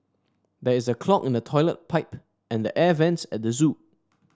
there is a clog in the toilet pipe and the air vents at the zoo